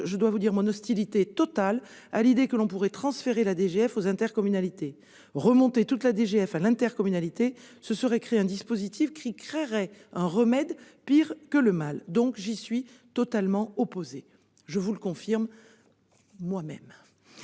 je dois vous dire mon hostilité totale à l'idée que l'on pourrait transférer la DGF aux intercommunalités. [...] Remonter toute la DGF à l'intercommunalité, ce serait créer un dispositif qui créerait un remède pire que le mal. J'y suis donc totalement opposé. » Je vous le confirme :